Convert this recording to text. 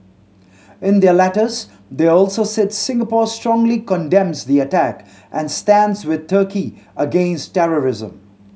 in their letters they also said Singapore strongly condemns the attack and stands with Turkey against terrorism